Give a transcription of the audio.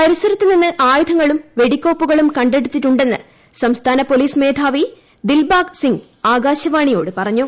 പരിസരത്തു നിന്നും ആയുധങ്ങളും വെടിക്കോപ്പുകളും കണ്ടെടുത്തിട്ടുണ്ടെന്ന് സംസ്ഥാന ഭ്ഷ്ട്ട്ലീസ് മേധാവി ദിൽബാഗ് സിംഗ് ആകാശവാണിയോട് പറഞ്ഞു